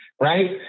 right